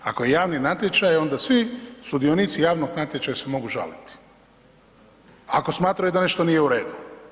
Ako je javni natječaj onda svi sudionici javnog natječaja se mogu žaliti, ako smatraju da nešto nije u redu.